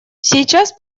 сейчас